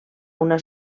una